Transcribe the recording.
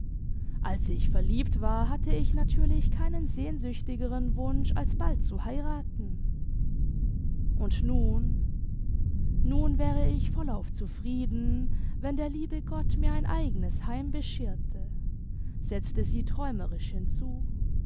als ich verliebt war hatte ich natürlich keinen sehnsüchtigeren wunsch als bald zu heiraten und nun nun wäre ich vollauf zufrieden wenn der liebe gott mir ein eigenes heim bescherte setzte sie träumerisch hinzu